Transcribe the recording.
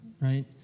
right